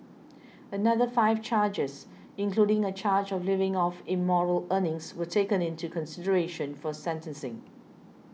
another five charges including a charge of living off immoral earnings were taken into consideration for sentencing